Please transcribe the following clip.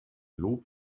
lob